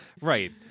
Right